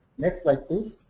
next slide, please.